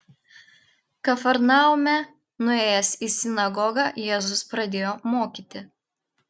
kafarnaume nuėjęs į sinagogą jėzus pradėjo mokyti